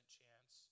chance